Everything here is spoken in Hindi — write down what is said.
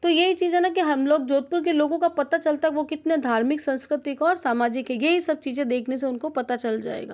तो यही चीज़ है कि हमलोग जोधपुर के लोगों का पता चलता है वह कितने धार्मिक सांस्कृतिक और सामाजिक है यही सब चीज़ें देखने से उनको पता चल जाएगा